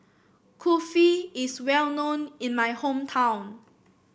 kulfi is well known in my hometown